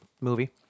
movie